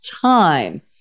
time